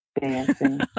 dancing